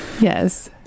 Yes